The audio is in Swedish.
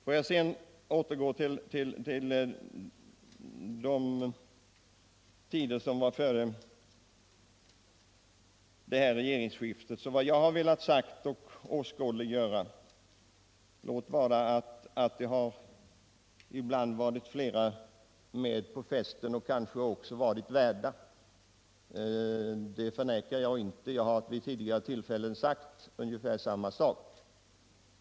Låt mig sedan återgå till tiden före regeringsskiftet. Låt vara att det ibland har varit flera med på festen och att dessa kanske också varit värdar, det förnekar jag inte. Jag har vid tidigare tillfällen sagt ungefär samma sak.